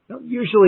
usually